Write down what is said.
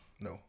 No